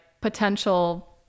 potential